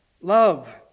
Love